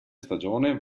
stagione